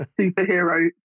superhero